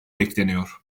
bekleniyor